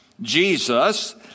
Jesus